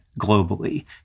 globally